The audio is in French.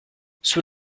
sous